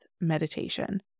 meditation